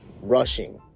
Rushing